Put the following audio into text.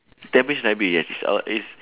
tampines library yes is our is